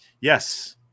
Yes